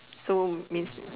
so means